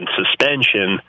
suspension